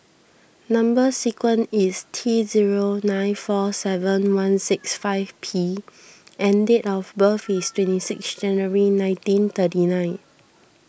Number Sequence is T zero nine four seven one six five P and date of birth is twenty six January nineteen thirty nine